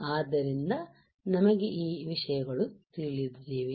ಆದ್ದರಿಂದ ನಮಗೆ ಈ ವಿಷಯಗಳು ತಿಳಿದವೆ